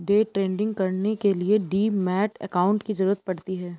day trading करने के लिए डीमैट अकांउट की जरूरत पड़ती है